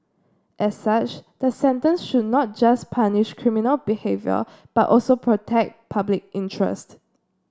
as such the sentence should not just punish criminal behaviour but also protect public interest